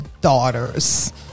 daughters